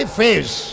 face